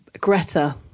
Greta